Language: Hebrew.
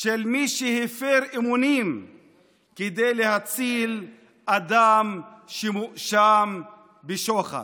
של מי שהפר אמונים כדי להציל אדם שמואשם בשוחד.